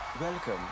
welcome